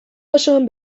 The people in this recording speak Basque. osoan